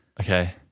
Okay